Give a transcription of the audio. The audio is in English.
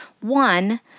One